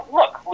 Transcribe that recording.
look